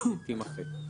תימחק.